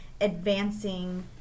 advancing